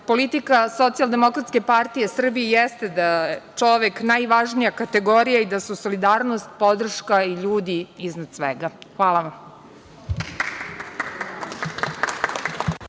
Politika Socijaldemokratske partije Srbije jeste da je čovek najvažnija kategorija i da su solidarnost, podrška i ljudi iznad svega. Hvala vam.